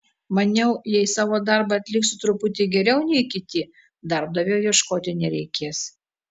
maniau jei savo darbą atliksiu truputį geriau nei kiti darbdavio ieškoti nereikės